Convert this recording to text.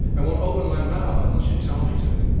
i won't open my mouth unless you tell me to.